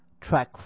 Track